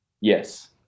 Yes